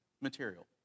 material